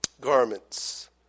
garments